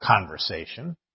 conversation